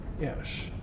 Yes